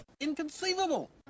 Inconceivable